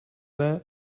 that